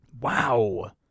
Wow